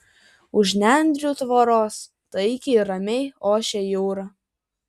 už nendrių tvoros taikiai ir ramiai ošė jūra